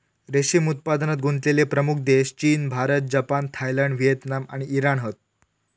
रेशीम उत्पादनात गुंतलेले प्रमुख देश चीन, भारत, जपान, थायलंड, व्हिएतनाम आणि इराण हत